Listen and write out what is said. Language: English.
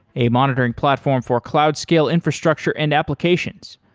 a monitoring platform for cloud scale infrastructure and applications.